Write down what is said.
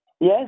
Yes